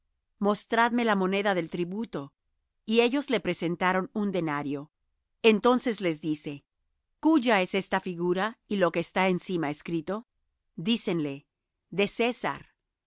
mostradme la moneda del tributo y ellos le presentaron un denario entonces les dice cúya es esta figura y lo que está encima escrito dícenle de césar